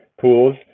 pools